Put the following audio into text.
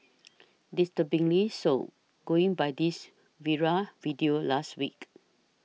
disturbingly so going by this viral video last week